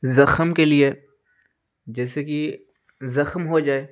زخم کے لیے جیسے کہ زخم ہو جائے